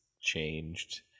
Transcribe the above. changed